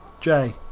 Jay